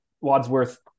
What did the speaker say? Wadsworth